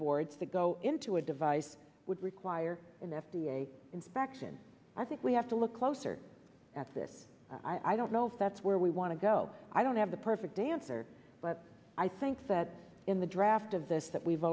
boards to go into a device would require an f d a inspection i think we have to look closer at this i don't know if that's where we want to go i don't have the perfect answer but i think that in the draft of this that we've